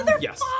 Yes